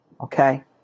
okay